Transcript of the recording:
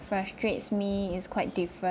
frustrates me is quite different